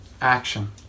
action